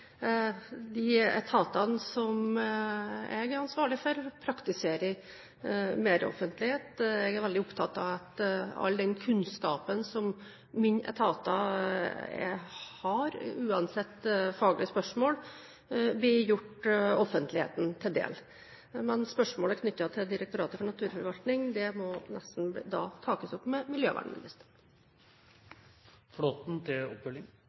De etatene som jeg er ansvarlig for, praktiserer meroffentlighet. Jeg er veldig opptatt av at all den kunnskapen som mine etater har, uansett faglige spørsmål, blir gjort offentligheten til del. Men spørsmålet knyttet til Direktoratet for naturforvaltning må nesten tas opp med